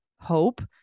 hope